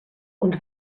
und